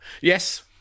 Yes